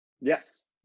yes